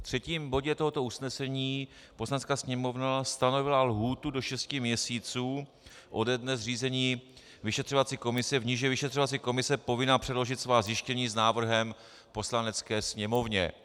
V třetím bodě tohoto usnesení Poslanecká sněmovna stanovila lhůtu do šesti měsíců ode dne zřízení vyšetřovací komise, v níž je vyšetřovací komise povinna předložit svá zjištění s návrhem Poslanecké sněmovně.